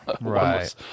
Right